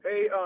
Hey